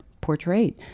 portrayed